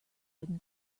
wooden